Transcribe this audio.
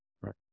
Right